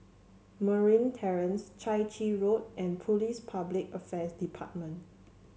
Merryn Terrace Chai Chee Road and Police Public Affairs Department